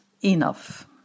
enough